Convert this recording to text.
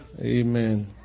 Amen